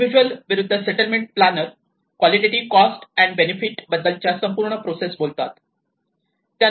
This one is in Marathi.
इंडिव्हिज्युअल विरूद्ध सेटलमेंटच्या planner qualitative cost and benefit बद्दलच्या संपूर्ण प्रोसेस बोलतात